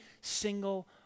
single